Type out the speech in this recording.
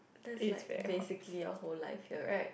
that's like basically our whole life here right